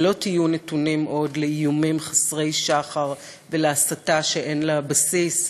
ולא תהיו נתונים עוד לאיומים חסרי שחר ולהסתה שאין לה בסיס.